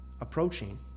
approaching